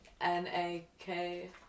N-A-K